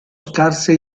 scarse